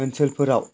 ओनसोलफोराव